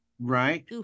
right